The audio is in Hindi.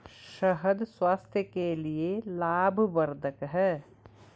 शहद स्वास्थ्य के लिए लाभवर्धक है